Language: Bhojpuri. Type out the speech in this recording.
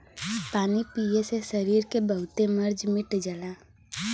पानी पिए से सरीर के बहुते मर्ज मिट जाला